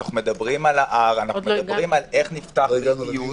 אנחנו מדברים על איך נפתח ביתיות,